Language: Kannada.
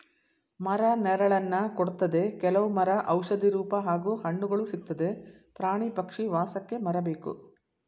ಮರ ನೆರಳನ್ನ ಕೊಡ್ತದೆ ಕೆಲವ್ ಮರ ಔಷಧಿ ರೂಪ ಹಾಗೂ ಹಣ್ಣುಗಳು ಸಿಕ್ತದೆ ಪ್ರಾಣಿ ಪಕ್ಷಿ ವಾಸಕ್ಕೆ ಮರ ಬೇಕು